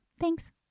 thanks